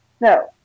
No